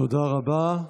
תודה רבה.